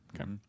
Okay